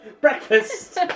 Breakfast